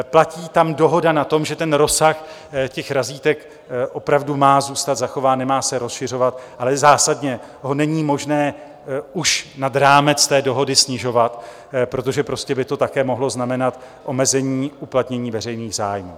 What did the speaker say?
Platí tam dohoda na tom, že rozsah těch razítek opravdu má zůstat zachován, nemá se rozšiřovat, ale zásadně ho není možné už nad rámec té dohody snižovat, protože prostě by to také mohlo znamená omezení uplatnění veřejných zájmů.